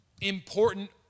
important